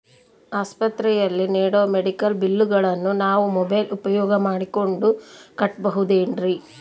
ಆಸ್ಪತ್ರೆಯಲ್ಲಿ ನೇಡೋ ಮೆಡಿಕಲ್ ಬಿಲ್ಲುಗಳನ್ನು ನಾವು ಮೋಬ್ಯೆಲ್ ಉಪಯೋಗ ಮಾಡಿಕೊಂಡು ಕಟ್ಟಬಹುದೇನ್ರಿ?